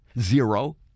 Zero